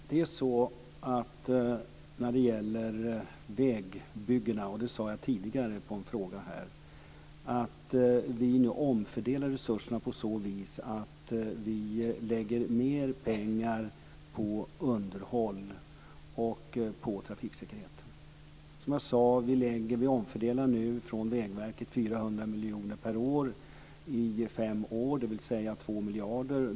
Fru talman! När det gäller vägbyggena är det så - det svarade jag på en tidigare fråga - att vi nu omfördelar resurserna på så vis att vi lägger mer pengar på underhåll och på trafiksäkerhet. Som jag sade omfördelar vi nu 400 miljoner per år i fem år från Vägverket, dvs. 2 miljarder.